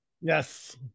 Yes